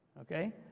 okay